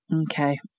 Okay